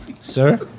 Sir